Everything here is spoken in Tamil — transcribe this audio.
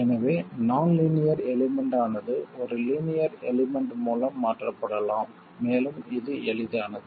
எனவே நான் லீனியர் எலிமெண்ட் ஆனது ஒரு லீனியர் எலிமெண்ட் மூலம் மாற்றப்படலாம் மேலும் இது எளிதானது